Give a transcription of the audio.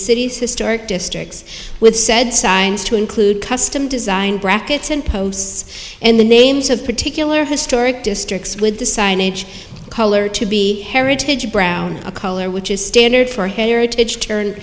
city's historic districts with said signs to include custom designed brackets in posts and the names of particular historic districts with the signage color to be heritage brown a color which is standard for heritage turn